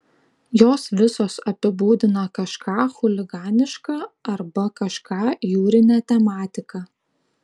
jos visos apibūdina kažką chuliganiška arba kažką jūrine tematika